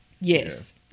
yes